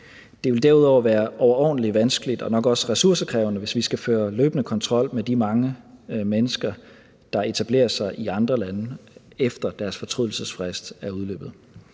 Det vil derudover være overordentlig vanskeligt og nok også ressourcekrævende, hvis vi skal føre løbende kontrol med de mange mennesker, der etablerer sig i andre lande, efter at deres fortrydelsesfrist er udløbet.